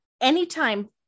anytime